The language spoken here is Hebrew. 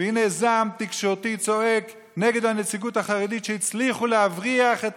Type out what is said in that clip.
והינה זעם תקשורתי צועק נגד הנציגות החרדית שהצליחה להבריח את